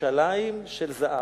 "ירושלים של זהב",